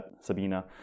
Sabina